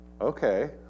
Okay